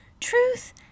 truth